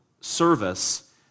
service